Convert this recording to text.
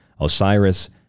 Osiris